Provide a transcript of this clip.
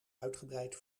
uitgebreid